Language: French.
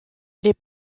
les